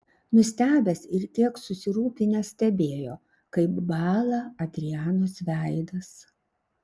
nustebęs ir kiek susirūpinęs stebėjo kaip bąla adrianos veidas